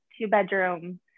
two-bedroom